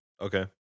Okay